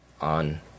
on